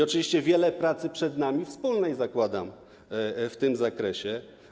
Oczywiście wiele pracy przed nami, wspólnej, jak zakładam, w tym zakresie.